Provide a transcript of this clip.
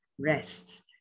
rest